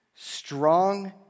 Strong